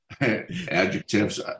adjectives